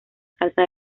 salsa